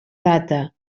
data